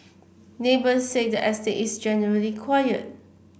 neighbours said the estate is generally quiet